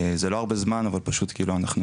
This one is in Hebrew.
זה לא הרבה זמן אבל אנחנו רצים,